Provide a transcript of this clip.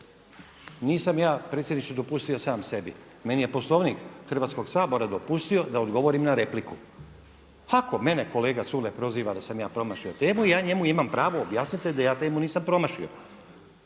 Nisam ja predsjedniče dopustio sam sebi. Meni je Poslovnik Hrvatskog sabora dopustio da odgovorim na repliku. Ako mene kolega Culej proziva da sam ja promašio temu, ja njemu imam pravo objasniti da ja temu nisam promašio